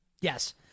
Yes